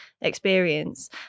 experience